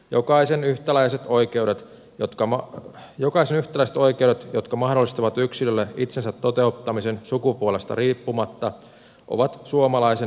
jokaisen yhtäläiset oikeudet jotka maa joka syyttelee oikeudet jotka mahdollistavat yksilölle itsensä toteuttamisen sukupuolesta riippumatta ovat suomalaisen elämänmuodon perusta